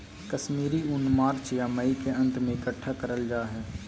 कश्मीरी ऊन मार्च या मई के अंत में इकट्ठा करल जा हय